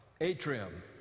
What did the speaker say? Atrium